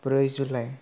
ब्रै जुलाइ